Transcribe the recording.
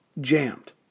jammed